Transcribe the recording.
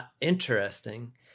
Interesting